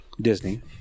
Disney